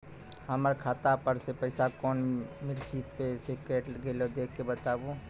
हमर खाता पर से पैसा कौन मिर्ची मे पैसा कैट गेलौ देख के बताबू?